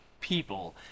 people